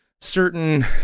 certain